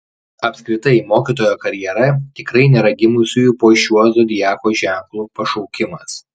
apskritai mokytojo karjera tikrai nėra gimusiųjų po šiuo zodiako ženklu pašaukimas